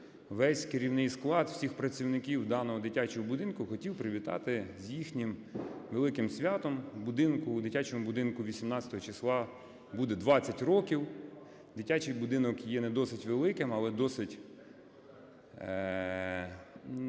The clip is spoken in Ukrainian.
весь керівний склад, всіх працівників даного дитячого будинку, хотів привітати з їхнім великим святом будинку: дитячому будинку 18 числа буде 20 років. Дитячий будинок є не досить великим, але досить